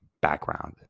background